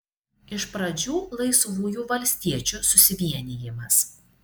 iš pradžių laisvųjų valstiečių susivienijimas